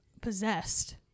possessed